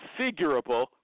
configurable